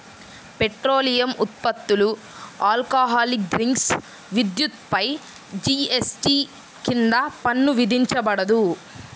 petroleum ఉత్పత్తులు, alcoholic drinks, విద్యుత్పై GST కింద పన్ను విధించబడదు